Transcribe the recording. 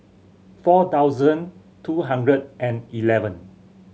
four thousand two hundred and eleven